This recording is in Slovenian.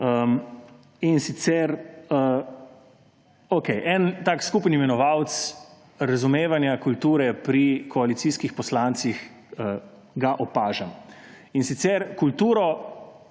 in sicer … Okej. En tak skupen imenovalec razumevanja kulture pri koalicijskih poslancih opažam, in sicer kulturo